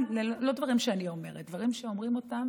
אלה לא דברים שאני אומרת, אלא דברים שאומרים אותם